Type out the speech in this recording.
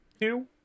two